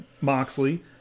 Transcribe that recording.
Moxley